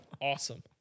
Awesome